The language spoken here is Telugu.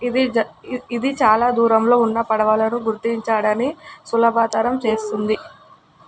ఇది చాలా దూరంలో ఉన్న పడవలను గుర్తించడాన్ని సులభతరం చేస్తుంది